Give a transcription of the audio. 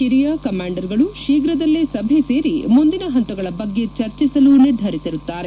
ಹಿರಿಯ ಕಮಾಂಡರ್ಗಳು ಶೀಘ್ರದಲ್ಲೇ ಸಭೆ ಸೇರಿ ಮುಂದಿನ ಹಂತಗಳ ಬಗ್ಗೆ ಚರ್ಚಿಸಲು ನಿರ್ಧರಿಸಿರುತ್ತಾರೆ